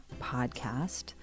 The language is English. podcast